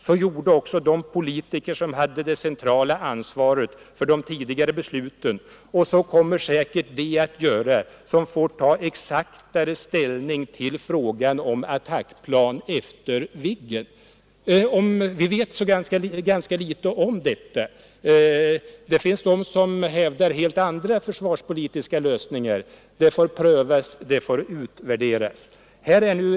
Så gjorde också de politiker som hade det centrala ansvaret för de tidigare besluten, och så kommer säkerligen de att göra som får ta exaktare ställning till frågan om attackplan efter Viggen. Vi vet ganska litet om hur detta ställningstagande kan bli — det finns de som hävdat helt andra försvarspolitiska lösningar. Detta får prövas och utvärderas.